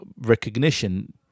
recognition